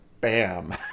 bam